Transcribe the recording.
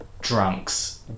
drunks